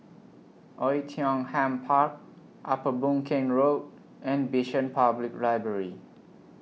Oei Tiong Ham Park Upper Boon Keng Road and Bishan Public Library